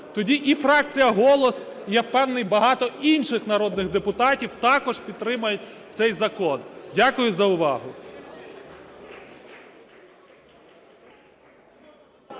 Тоді і фракція "Голос", і, я впевнений, багато інших народних депутатів також підтримають цей закон. Дякую за увагу.